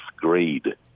grade